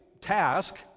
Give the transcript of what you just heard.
task